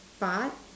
but